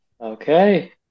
Okay